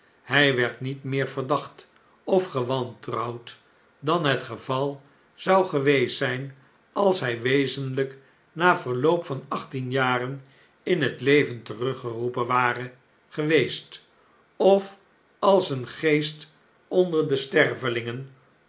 hjj werd niet meer verdacht of gewantrouwd dan het geval zou geweest zijn als mj wezenhjk na verloop van achttien jaren in het leven teruggeroepen ware geweest of als een geest onder de